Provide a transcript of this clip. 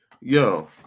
yo